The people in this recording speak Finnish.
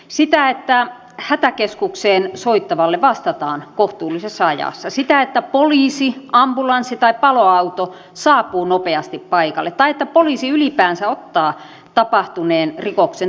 sitä että hätäkeskukseen soittavalle vastataan kohtuullisessa ajassa sitä että poliisi ambulanssi tai paloauto saapuu nopeasti paikalle tai että poliisi ylipäänsä ottaa tapahtuneen rikoksen tutkittavaksi